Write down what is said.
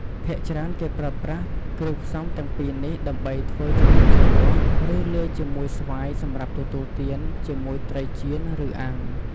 ភាគច្រើនគេប្រើប្រាស់គ្រឿងផ្សំទាំងពីរនេះដើម្បីធ្វើជាទឹកជ្រលក់ ឬលាយជាមួយស្វាយសម្រាប់ទទួលទានជាមួយត្រីចៀនឬអាំង។